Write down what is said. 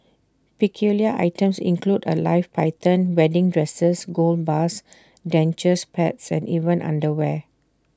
peculiar items include A live python wedding dresses gold bars dentures pets and even underwear